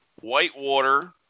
Whitewater